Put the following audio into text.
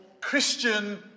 Christian